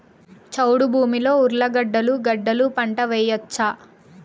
చౌడు భూమిలో ఉర్లగడ్డలు గడ్డలు పంట వేయచ్చా?